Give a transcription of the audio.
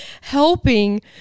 helping